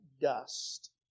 dust